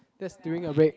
that's during your break